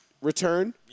Return